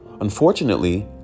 unfortunately